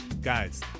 Guys